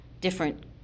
different